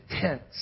tents